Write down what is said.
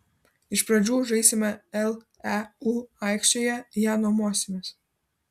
iš pradžių žaisime leu aikštėje ją nuomosimės